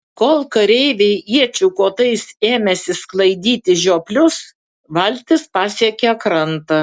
kol kareiviai iečių kotais ėmėsi sklaidyti žioplius valtis pasiekė krantą